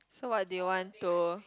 so what they want to